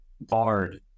Bard